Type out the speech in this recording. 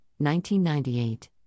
1998